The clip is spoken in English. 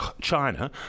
China